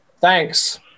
Thanks